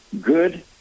Good